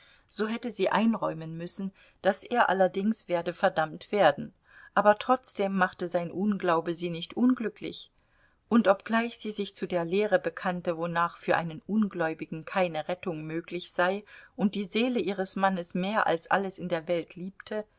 so hätte sie einräumen müssen daß er allerdings werde verdammt werden aber trotzdem machte sein unglaube sie nicht unglücklich und obgleich sie sich zu der lehre bekannte wonach für einen ungläubigen keine rettung möglich sei und die seele ihres mannes mehr als alles in der welt liebte